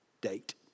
date